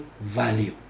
value